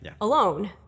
alone